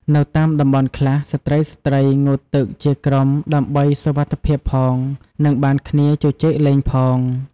នៅតាមតំំបន់ខ្លះ ស្ត្រីៗងូតទឹកជាក្រុមដើម្បីសុវត្ថិភាពផង និងបានគ្នាជជែកលេងផង។